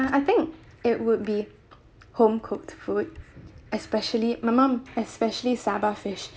I think it would be home cooked food especially my mum especially saba fish